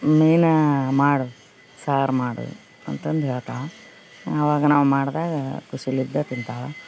ಮೀನು ಮಾಡು ಸಾರು ಮಾಡಿ ಅಂತಂದು ಹೇಳ್ತಾಳೆ ಅವಾಗ ನಾವು ಮಾಡ್ದಾಗ ಖುಷಿಲಿದ್ದೆ ತಿಂತಾಳೆ